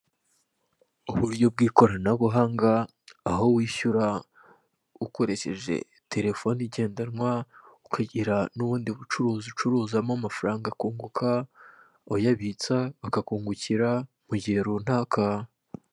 Uburyo bw'ikoranabuhanga, aho wishyura ukoresheje telefone igendanwa, ukagira n'ubundi bucuruzi ucuruzamo amafaranga akunguka, uyabitsa bakakungukira mu gihe runaka.